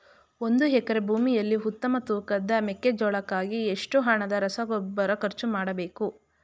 ಒಂದು ಎಕರೆ ಭೂಮಿಯಲ್ಲಿ ಉತ್ತಮ ತೂಕದ ಮೆಕ್ಕೆಜೋಳಕ್ಕಾಗಿ ಎಷ್ಟು ಹಣದ ರಸಗೊಬ್ಬರ ಖರ್ಚು ಮಾಡಬೇಕು?